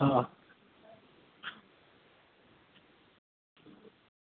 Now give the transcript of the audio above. હા